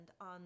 on